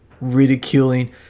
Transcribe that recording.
ridiculing